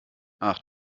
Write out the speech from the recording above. ach